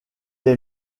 est